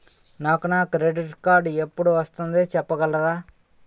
నాకు నా credit card ఎపుడు వస్తుంది చెప్పగలరా?